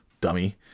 dummy